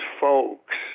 folks